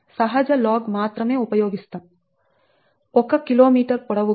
సహజ లాగ్ మాత్రమే ఉపయోగిస్తాం